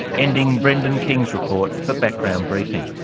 ending brendan king's report for background briefing.